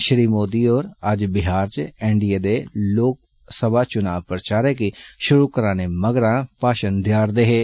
श्री मोदी होर अज्ज बिहार च एन डी ए दे लोकसभा चुना प्रचारै गी षुरु कराने मगरा भाशण देयैरदे हे